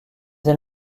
elle